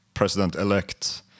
president-elect